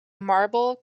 marble